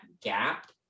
gap